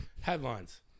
Headlines